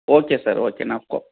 okay sir okay ನಾಪ್ಕೋ